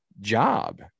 job